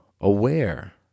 aware